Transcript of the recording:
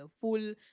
full